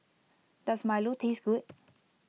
Does Milo taste good